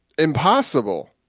Impossible